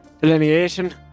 delineation